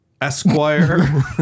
Esquire